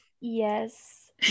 Yes